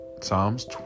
Psalms